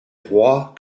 roi